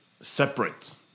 separate